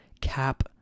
cap